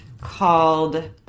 called